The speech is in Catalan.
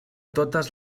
totes